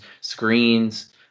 screens